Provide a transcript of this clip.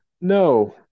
No